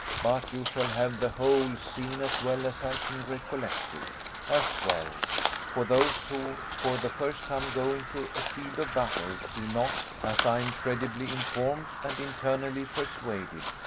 but you shall have the whole scene, as well as i can recollect it as well for those who for the first time go into a field of battle do not, as i am credibly informed and internally persuaded,